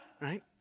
right